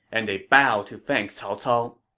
and they bowed to thank cao cao